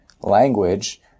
language